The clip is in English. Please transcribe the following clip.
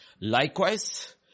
Likewise